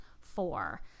four